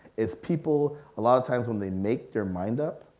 is people, a lot of times when they make their mind up,